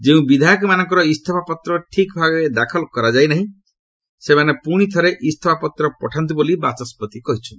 ଯେଉଁ ବିଧାୟକମାନଙ୍କର ଇସ୍ତଫା ପତ୍ର ଠିକ୍ ଭାବେ ଦାଖଲ କରାଯାଇ ନାହିଁ ସେମାନେ ପୁଣି ଥରେ ଇସ୍ତଫା ପତ୍ର ପଠାନ୍ତୁ ବୋଲି ବାଚସ୍କତି କହିଚ୍ଚନ୍ତି